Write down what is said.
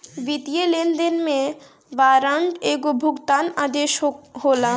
वित्तीय लेनदेन में वारंट एगो भुगतान आदेश होला